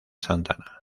santana